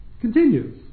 continues